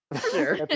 Sure